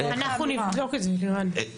אנחנו נבדוק את זה לירן.